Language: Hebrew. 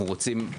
אנחנו רוצים?